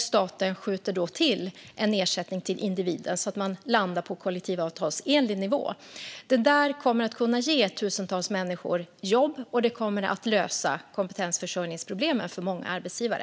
Staten skjuter till en ersättning till individen, så att man landar på kollektivavtalsenlig nivå. Det kommer att kunna ge tusentals människor jobb, och det kommer att lösa kompetensförsörjningsproblemen för många arbetsgivare.